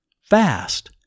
fast